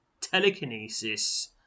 telekinesis